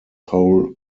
whole